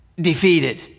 defeated